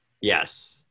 Yes